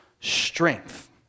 strength